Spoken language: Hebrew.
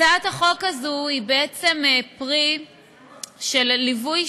הצעת החוק הזאת היא בעצם פרי של ליווי